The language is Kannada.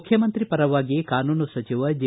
ಮುಖ್ಯಮಂತ್ರಿ ಪರವಾಗಿ ಕಾನೂನು ಸಚಿವ ಜೆ